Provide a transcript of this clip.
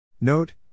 Note